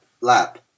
lap